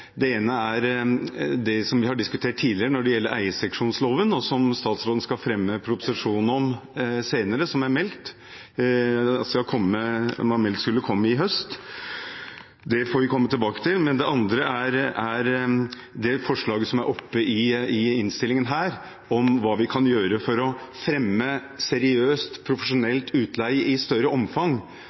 Det ene er det vi har diskutert tidligere når det gjelder eierseksjonsloven, og som statsråden skal fremme en proposisjon om senere, og som var meldt skulle komme i høst. Det får vi komme tilbake til. Det andre er det forslaget som er oppe i innstillingen her, om hva vi kan gjøre for å fremme seriøs, profesjonell utleie i større omfang,